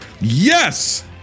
Yes